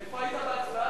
איפה היית בהצבעה?